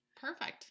perfect